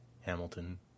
Hamilton